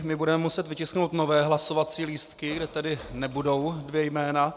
My budeme muset vytisknout nové hlasovací lístky, kde tedy nebudou dvě jména.